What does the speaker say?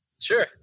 Sure